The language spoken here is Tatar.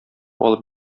алып